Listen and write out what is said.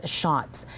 shots